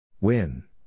Win